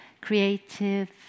creative